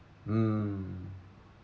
mm